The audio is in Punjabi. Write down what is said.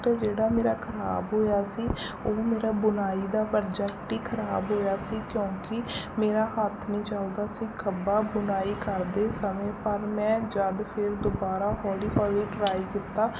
ਜਿਹੜਾ ਮੇਰਾ ਖਰਾਬ ਹੋਇਆ ਸੀ ਉਹ ਮੇਰਾ ਬੁਣਾਈ ਦਾ ਪ੍ਰੋਜੈਕਟ ਹੀ ਖਰਾਬ ਹੋਇਆ ਸੀ ਕਿਉਂਕਿ ਮੇਰਾ ਹੱਥ ਨਹੀਂ ਚੱਲਦਾ ਸੀ ਖੱਬਾ ਬੁਣਾਈ ਕਰਦੇ ਸਮੇਂ ਪਰ ਮੈਂ ਜਦੋਂ ਫਿਰ ਦੁਬਾਰਾ ਹੌਲੀ ਹੌਲੀ ਟਰਾਈ ਕੀਤਾ